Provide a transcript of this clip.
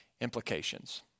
implications